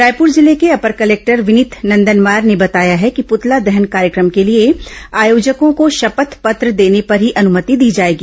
रायपुर जिले के अपर कलेक्टर विनीत नंदनवार ने बताया है कि पृतला दहन कार्यक्रम के लिए आयोजको को शपथ पत्र देने पर ही अनुमति दी जाएगी